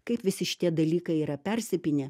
kaip visi šitie dalykai yra persipynę